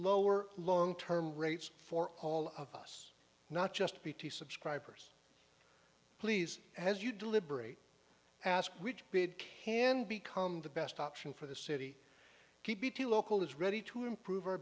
lower long term rates for all of us not just bt subscribers please as you deliberate ask which bid can become the best option for the city keep bt local is ready to improve our